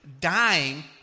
dying